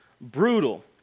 brutal